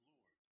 Lord